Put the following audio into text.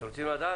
אתם רוצים לדעת?